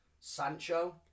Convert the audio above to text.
Sancho